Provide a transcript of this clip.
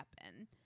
happen